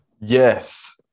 Yes